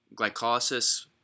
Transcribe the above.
glycolysis